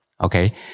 okay